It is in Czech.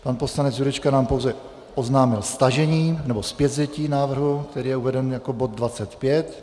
Pan poslanec Jurečka nám pouze oznámil stažení nebo zpětvzetí návrhu, který je uveden jako bod 25.